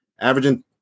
averaging